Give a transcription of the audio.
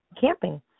camping